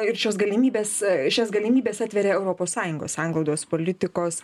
ir šios galimybės šias galimybes atveria europos sąjungos sanglaudos politikos